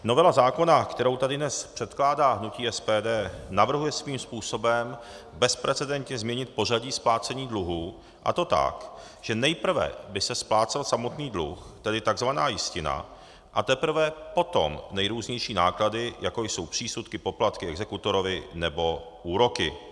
Novela zákona, kterou tady dnes předkládá hnutí SPD, navrhuje svým způsobem bezprecedentně změnit pořadí splácení dluhů, a to tak, že nejprve by se splácel samotný dluh, tedy tzv. jistina, a teprve potom nejrůznější náklady, jako jsou přísudky, poplatky exekutorovi nebo úroky.